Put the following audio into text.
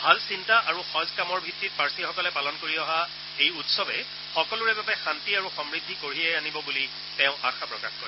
ভাল চিন্তা আৰু সজ কামৰ ভিত্তিত পাৰ্চীসকলে পালন কৰি অহা এই উৎসৱে সকলোৰে বাবে শান্তি আৰু সমূদ্ধি কঢ়িয়াই আনিব বুলি তেওঁ আশা প্ৰকাশ কৰে